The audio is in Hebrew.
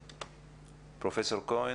לא.